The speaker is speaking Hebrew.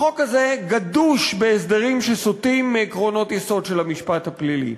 החוק הזה גדוש בהסדרים שסוטים מעקרונות יסוד של המשפט הפלילי,